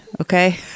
okay